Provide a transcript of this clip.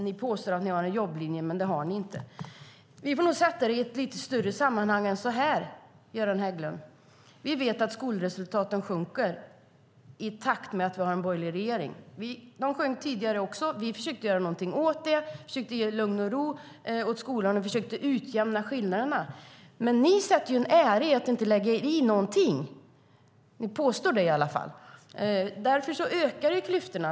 Ni påstår att ni har en jobblinje, men det har ni inte. Vi får nog sätta det i ett lite större sammanhang än så här, Göran Hägglund. Vi vet att skolresultaten sjunker i takt med att vi har en borgerlig regering. De sjönk tidigare också. Vi försökte göra någonting åt det. Vi försökte ge lugn och ro åt skolan och utjämna skillnaderna, men ni sätter ju en ära i att inte lägga er i någonting. Ni påstår i alla fall det. Därför ökar ju klyftorna.